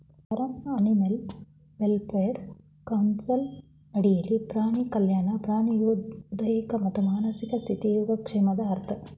form animal welfare council ಅಡಿಲಿ ಪ್ರಾಣಿ ಕಲ್ಯಾಣ ಪ್ರಾಣಿಯ ದೈಹಿಕ ಮತ್ತು ಮಾನಸಿಕ ಸ್ಥಿತಿ ಯೋಗಕ್ಷೇಮದ ಅರ್ಥ